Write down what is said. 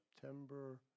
September